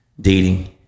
Dating